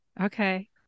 Okay